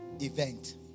Event